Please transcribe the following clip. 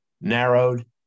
narrowed